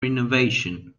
renovation